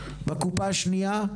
בקופה השנייה,